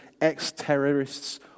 ex-terrorists